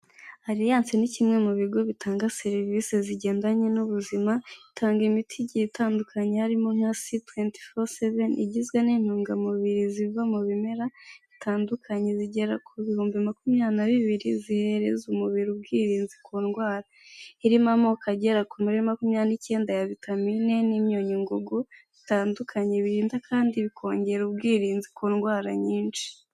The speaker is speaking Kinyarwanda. Alliance ni kimwe mu bigo bitanga serivisi zigendanye n'ubuzima. Itanga imiti igiye itandukanye harimo nka si tuwenti seveni igizwe n'intungamubiri ziva mu bimera bitandukanye zigera ku bihumbi makumyabiri na bibiri zihereza umubiri ubwirinzi ku ndwara irimo amoko agera kuri makumyabiri nicyenda ya vitamine n'imyunyugugu bitandukanye birinda kandi bikongera ubwirinzi ku ndwara nyinshi.